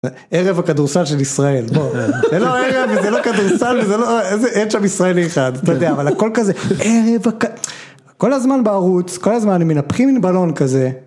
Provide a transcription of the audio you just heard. ערב הכדורסל של ישראל, בוא. זה לא ערב וזה לא כדורסל וזה לא איזה... אין שם ישראלי אחד. ואתה יודע אבל הכול כזה "ערב הכ..". כל הזמן בערוץ, כל הזמן הם מנפחים מן בלון כזה.